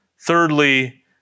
Thirdly